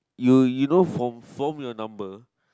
you you know from from your number